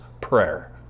prayer